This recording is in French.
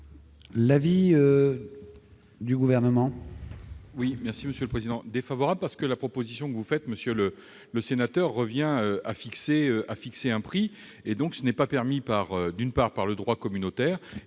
l'avis du Gouvernement ?